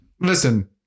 Listen